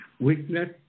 weakness